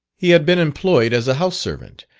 he had been employed as a house servant,